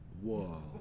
Whoa